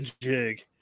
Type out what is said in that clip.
jig